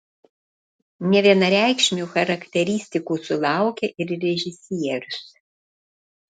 nevienareikšmių charakteristikų sulaukė ir režisierius